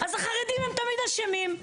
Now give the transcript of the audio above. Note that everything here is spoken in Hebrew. אז החרדים הם תמיד אשמים.